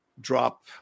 drop